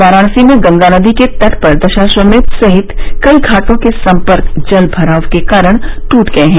वाराणसी में गंगा नदी के तट पर दशाश्वमेघ सहित कई घाटों के सम्पर्क जल भराव के कारण ट्ट गये है